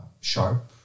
sharp